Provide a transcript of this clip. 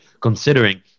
considering